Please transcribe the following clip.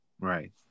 right